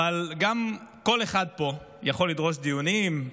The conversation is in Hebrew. אבל גם כל אחד פה יכול לדרוש דיונים,